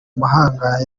mahanga